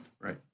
Right